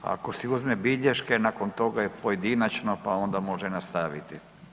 Ako si uzme bilješke nakon toga je pojedinačno pa onda može nastaviti.